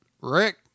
Rick